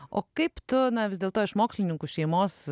o kaip tu na vis dėlto iš mokslininkų šeimos